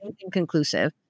inconclusive